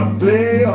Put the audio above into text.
play